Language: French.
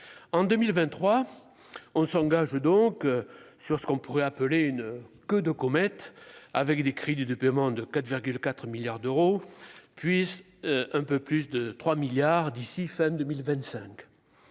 en 2023 on s'engage donc sur ce qu'on pourrait appeler une queue de comète avec des cris de paiement de 4,4 milliards d'euros puisse un peu plus de 3 milliards d'ici fin 2025,